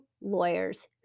lawyers